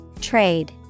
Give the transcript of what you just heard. Trade